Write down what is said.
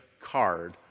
card